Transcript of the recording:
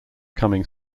coming